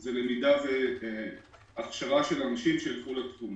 זה הכשרה של אנשים שילכו לתחום.